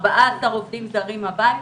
14 עובדים הביתה,